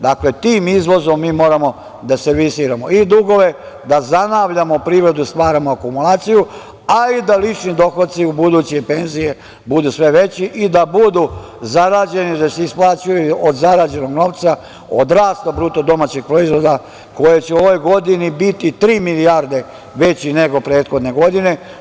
Dakle, tim izvozom mi moramo da servisiramo i dugove, da zanavljamo privredu, stvaramo akumulaciju, ali da lični dohodci i u buduće penzije budu sve veći i da budu zarađeni, da se isplaćuju od zarađenog novca, od rasta BDP koji će u ovoj godini biti tri milijarde veći nego prethodne godine.